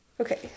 okay